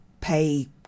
pay